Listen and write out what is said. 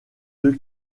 deux